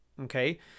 okay